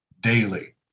daily